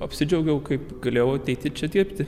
apsidžiaugiau kaip galėjau ateiti čia dirbti